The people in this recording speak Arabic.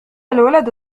الولد